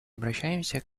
обращаемся